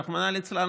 רחמנא ליצלן,